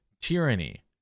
tyranny